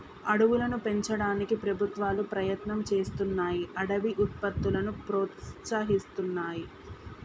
అడవులను పెంచడానికి ప్రభుత్వాలు ప్రయత్నం చేస్తున్నాయ్ అడవి ఉత్పత్తులను ప్రోత్సహిస్తున్నాయి